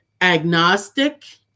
agnostic